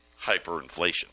hyperinflation